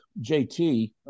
JT